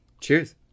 Cheers